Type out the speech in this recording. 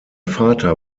vater